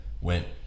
went